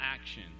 action